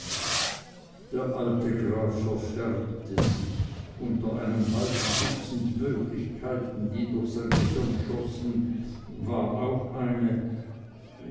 der alte graf verfärbte sich unter einem halben dutzend möglichkeiten die durch sein hirn schossen war auch eine